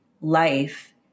life